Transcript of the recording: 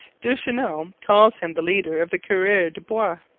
duchesneau calls him the leader of the coureurs de bois.